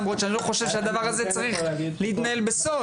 למרות שאני לא חושב שהדבר הזה צריך להתנהל בסוד,